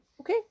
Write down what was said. okay